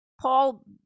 Paul